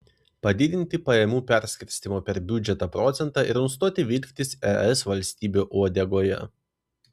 padidinti pajamų perskirstymo per biudžetą procentą ir nustoti vilktis es valstybių uodegoje